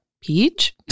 Peach